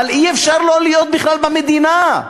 אבל אי-אפשר לא להיות בכלל במדינה.